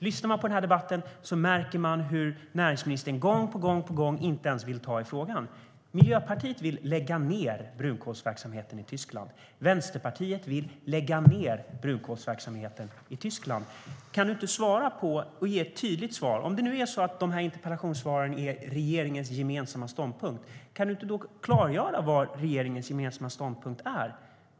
Lyssnar man på den här debatten märker man att näringsministern gång på gång inte ens vill ta i den frågan. Miljöpartiet vill lägga ned brunkolsverksamheten i Tyskland. Vänsterpartiet vill lägga ned brunkolsverksamheten i Tyskland. Kan du inte svara, Mikael Damberg, och ge ett tydligt svar? Om det nu är så att de här interpellationssvaren är regeringens gemensamma ståndpunkt, kan du då inte klargöra vad regeringens gemensamma ståndpunkt är?